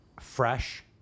fresh